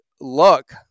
look